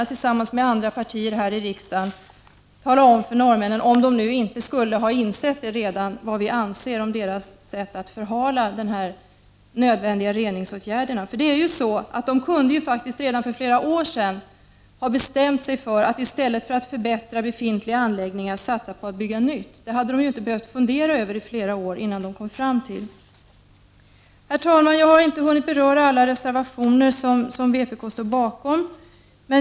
Tillsammans med andra partier här i riksdagen talar vi gärna om för norrmännen — om de inte skulle ha insett det redan — vad vi anser om deras sätt att förhala dessa reningsåtgärder som ju är nödvändiga. De kunde ju för flera år sedan ha bestämt sig för att i stället för att förbättra befintliga anläggningar satsa på att bygga nya. Det hade de inte behövt fundera över i flera år. Herr talman! Jag har inte hunnit beröra alla reservationer som vpk står bakom.